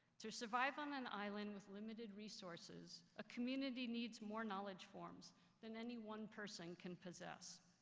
to survive on an island with limited resources, a community needs more knowledge forms than any one person can possess.